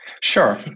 Sure